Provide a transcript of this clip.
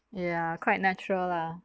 ya quite natural lah